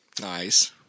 Nice